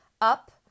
up